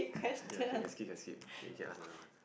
ya can can skip can skip you can ask another one